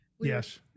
Yes